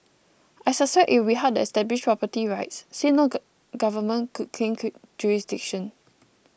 I suspect it would be hard to establish property rights since no jurisdiction